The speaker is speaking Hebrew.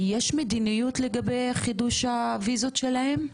יש מדיניות לגבי חידוש הוויזות שלהם?